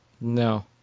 No